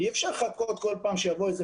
אי-אפשר לחכות כל פעם שיבוא איזה